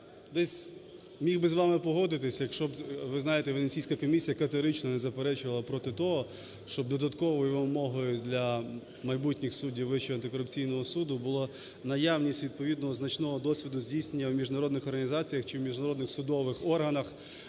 десь міг би з вами погодитись, якщо б, ви знаєте, Венеційська комісія категорично не заперечувала б проти того, щоб додатковою вимогою для майбутніх суддів Вищого антикорупційного суду була наявність відповідного значного досвіду здійснення в міжнародних організаціях чи міжнародних судових органах